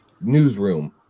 newsroom